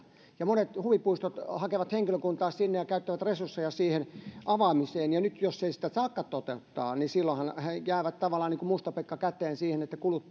monet huvipuistot hakevat henkilökuntaa ja käyttävät resursseja siihen avaamiseen ja nyt jos sitä ei saakaan toteuttaa niin silloinhan heille jää tavallaan niin kuin musta pekka käteen siinä että kulut